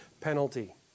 penalty